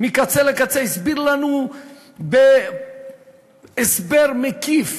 מקצה לקצה, הסביר לנו הסבר מקיף